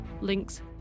links